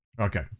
Okay